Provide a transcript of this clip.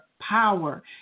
power